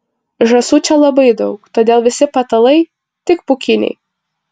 žąsų čia labai daug todėl visi patalai tik pūkiniai